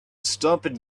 stopped